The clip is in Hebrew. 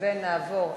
ונעבור לתוצאות: